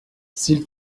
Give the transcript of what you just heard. s’il